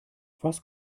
was